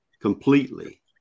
completely